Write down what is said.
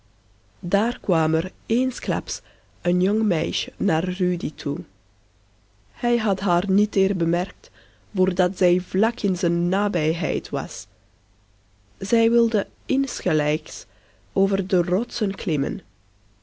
kwam er eensklaps een jong meisje naar rudy toe hij had haar niet eer bemerkt voordat zij vlak in zijn nabijheid was zij wilde insgelijks over de rotsen klimmen